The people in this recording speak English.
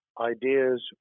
ideas